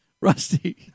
rusty